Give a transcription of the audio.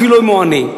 אפילו אם הוא עני,